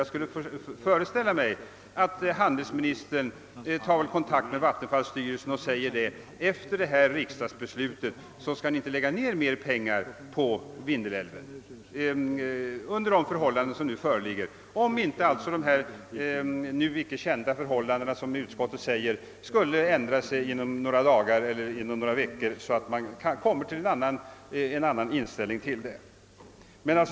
Jag skulle föreställa mig att handelsministern tar kontakt med vattenfallsverket och säger att efter detta riksdagsbeslut skall verket inte lägga ner mera pengar på Vindelälven om nu icke kända förhållanden — som utskottet säger — skulle uppstå inom några dagar eller några veckor så att man kommer fram till en annan inställning till frågan.